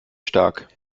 stark